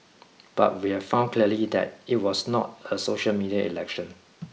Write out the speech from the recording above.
but we've found clearly that it was not a social media election